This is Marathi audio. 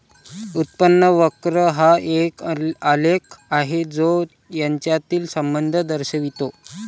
उत्पन्न वक्र हा एक आलेख आहे जो यांच्यातील संबंध दर्शवितो